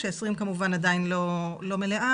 כש-2020 כמובן עדיין לא מלאה,